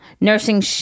nursing